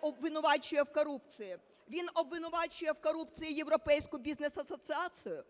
обвинувачує в корупції. Він обвинувачує в корупції Європейську Бізнес Асоціацію,